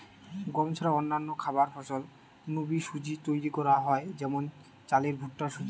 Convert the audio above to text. গম ছাড়া অন্যান্য খাবার ফসল নু বি সুজি তৈরি করা হয় যেমন চালের ভুট্টার সুজি